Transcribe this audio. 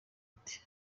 ati